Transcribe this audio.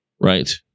Right